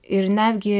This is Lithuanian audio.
ir netgi